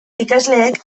ikasleek